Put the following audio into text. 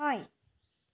হয়